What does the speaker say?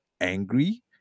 angry